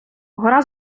гора